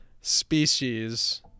species